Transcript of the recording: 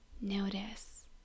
Notice